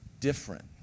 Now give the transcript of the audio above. different